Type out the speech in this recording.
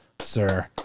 Sir